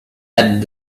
had